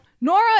Nora